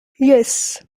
yes